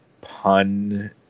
pun